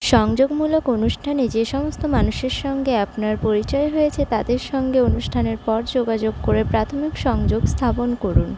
সংযোগমূলক অনুষ্ঠানে যে সমস্ত মানুষের সঙ্গে আপনার পরিচয় হয়েছে তাদের সঙ্গে অনুষ্ঠানের পর যোগাযোগ করে প্রাথমিক সংযোগ স্থাপন করুন